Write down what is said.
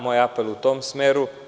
Moj apel je u tom smeru.